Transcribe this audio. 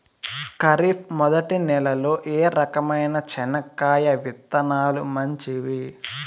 ఖరీఫ్ మొదటి నెల లో ఏ రకమైన చెనక్కాయ విత్తనాలు మంచివి